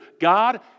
God